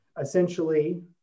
essentially